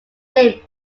name